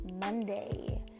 monday